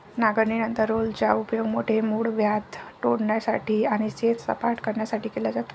नांगरणीनंतर रोलरचा उपयोग मोठे मूळव्याध तोडण्यासाठी आणि शेत सपाट करण्यासाठी केला जातो